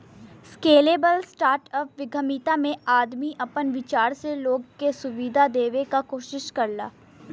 scalable startup उद्यमिता में आदमी आपन विचार से लोग के सुविधा देवे क कोशिश करला